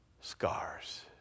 Scars